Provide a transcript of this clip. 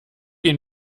ihn